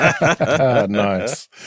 Nice